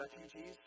refugees